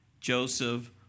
Joseph